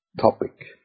topic